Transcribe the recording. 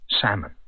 Salmon